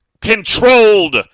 controlled